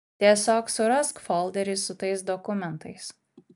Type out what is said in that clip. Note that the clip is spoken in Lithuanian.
tiesiog surask folderį su tais dokumentais